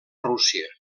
rússia